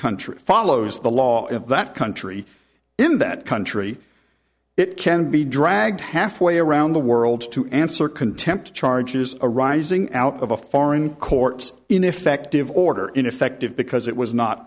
country follows the law of that country in that country it can be dragged halfway around the world to answer contempt charges arising out of a foreign courts ineffective order ineffective because it was not